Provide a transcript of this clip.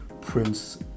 prince